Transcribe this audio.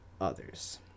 others